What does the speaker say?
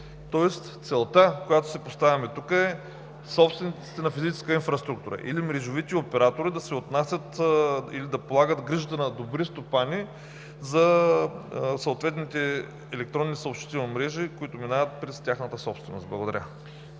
Тоест целта, която си поставяме тук, е собствениците на физическа инфраструктура или мрежовите оператори да се отнасят или да полагат грижата на добри стопани за съответните електронни съобщителни мрежи, които минават през тяхната собственост. Благодаря.